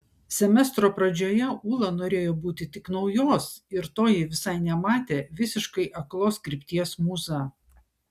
semestro pradžioje ūla norėjo būti tik naujos ir to ji visai nematė visiškai aklos krypties mūza